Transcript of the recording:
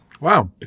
Wow